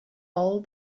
all